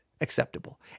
acceptable